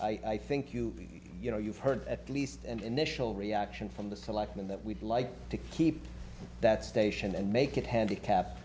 i think you you know you've heard at least and initial reaction from the selectmen that we'd like to keep that station and make it handicapped